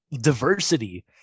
diversity